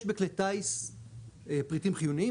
יש בכלי טייס פריטים חיוניים,